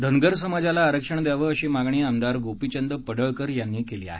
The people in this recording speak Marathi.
धनगर समाजाला आरक्षण द्यावं अशी मागणी आमदार गोपीचंद पडळकर यांनी केली आहे